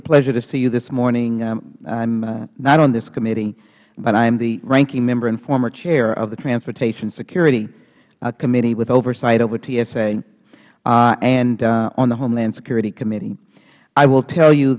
a pleasure to see you this morning i am not on this committee but i am the ranking member and former chair of the transportation security committee with oversight over tsa and on the homeland security committee i will tell you